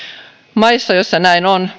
maissa joissa näin on